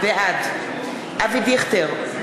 בעד אבי דיכטר,